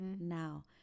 now